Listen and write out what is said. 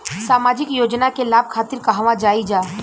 सामाजिक योजना के लाभ खातिर कहवा जाई जा?